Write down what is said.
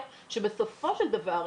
זאת אומרת זה משחק משותף לכמה גורמים,